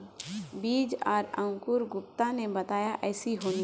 बीज आर अंकूर गुप्ता ने बताया ऐसी होनी?